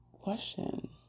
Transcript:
question